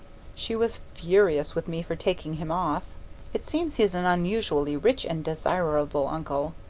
she was furious with me for taking him off it seems he's an unusually rich and desirable uncle.